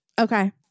Okay